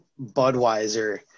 Budweiser